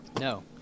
No